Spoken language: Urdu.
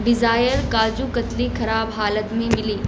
ڈزائر کاجو کتلی خراب حالت میں ملی